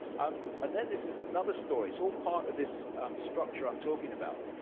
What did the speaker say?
um and then this is another story, its all part of this structure i'm talking about.